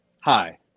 hi